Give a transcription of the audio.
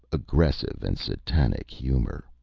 aggressive and satanic humor.